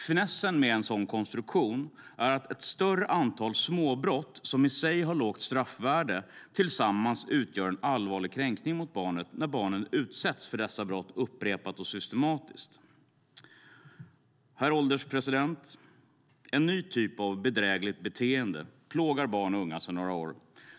Finessen med en sådan konstruktion är att ett större antal småbrott, som i sig har ett lågt straffvärde, tillsammans utgör en allvarlig kränkning mot barnen när barnen utsätts för dessa brott upprepat och systematiskt. Herr ålderspresident! En ny typ av bedrägligt beteende plågar barn och unga sedan några år.